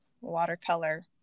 watercolor